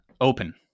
open